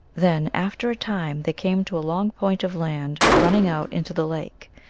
then after a time they came to a long point of land running out into the lake,